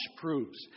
proves